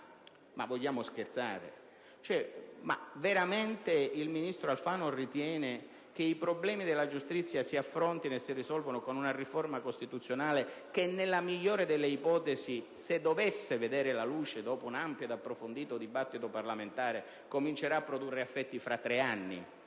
si voglia scherzare. Veramente il ministro Alfano ritiene che i problemi della giustizia si affrontino e si risolvano con una riforma costituzionale che, nella migliore delle ipotesi e se dovesse veramente vedere la luce, dopo un ampio e approfondito dibattito parlamentare, comincerà a produrre i suoi effetti fra tre anni?